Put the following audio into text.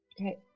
Okay